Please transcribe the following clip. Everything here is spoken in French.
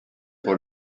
pour